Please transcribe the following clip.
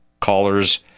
Callers